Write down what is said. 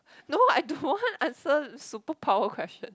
no I don't want answer superpower question